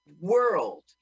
world